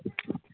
हँ